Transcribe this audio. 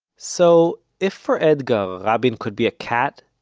so, if for etgar, rabin could be a cat,